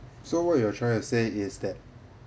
so what you are trying to say is that